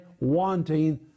wanting